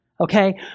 Okay